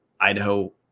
Idaho